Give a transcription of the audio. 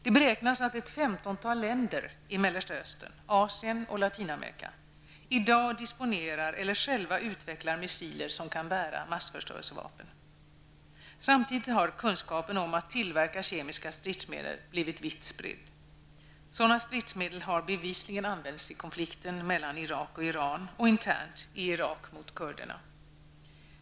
Det beräknas att ett femtontal länder i Mellersta Östern, Asien och Latinamerika i dag disponerar eller själva utvecklar missiler som kan bära massförstörelsevapen. Samtidigt har kunskapen om hur man tillverkar kemiska stridsmedel blivit spridd. Sådana stridsmedel har bevisligen använts i konflikten mellan Irak och Iran och internt i Irak mot kurderna.